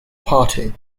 party